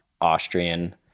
austrian